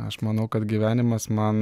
aš manau kad gyvenimas man